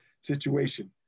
situation